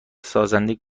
سازنده